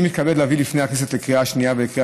אני מתכבד להביא בפני הכנסת לקריאה שנייה ולקריאה